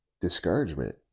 discouragement